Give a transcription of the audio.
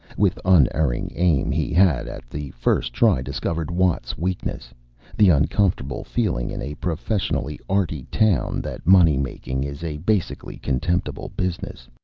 with unerring aim he had at the first try discovered watt's weakness the uncomfortable feeling in a professionally arty town that money-making is a basically contemptible business.